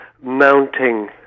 mounting